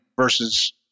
versus